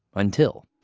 until